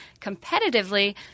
competitively